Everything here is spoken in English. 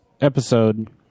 episode